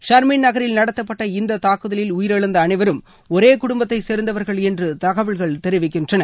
ஷர்மின் நகரில் நடத்தப்பட்ட இந்த தாக்குதலில் உயிரிழந்த அனைவரும் ஒரே குடும்பத்தைச் சேர்ந்தவர்கள் என்று தகவல்கள் தெரிவிக்கின்றன